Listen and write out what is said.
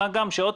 מה גם ששוב,